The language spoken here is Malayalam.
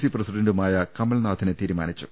സി പ്രസിഡന്റുമായ കമൽനാഥിനെ തീരുമാനിച്ചു